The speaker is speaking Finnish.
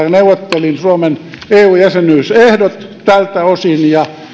ja neuvottelin suomen eu jäsenyysehdot tältä osin ja